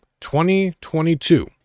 2022